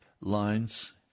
lines